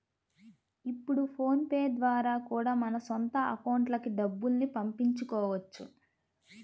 ఇప్పుడు ఫోన్ పే ద్వారా కూడా మన సొంత అకౌంట్లకి డబ్బుల్ని పంపించుకోవచ్చు